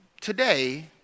today